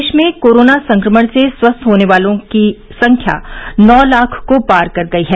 देश में कोरोना संक्रमण से स्वस्थ होने वालों की संख्या नौ लाख को पार कर गई है